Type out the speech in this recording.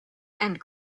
and